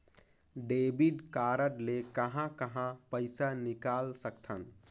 Debit card ले कहां कहां पइसा निकाल सकथन?